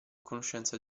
conoscenza